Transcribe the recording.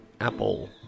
Apple